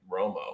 Romo